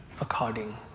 according